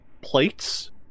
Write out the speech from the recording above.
plates